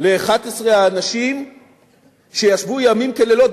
ל-11 האנשים שישבו ימים ולילות,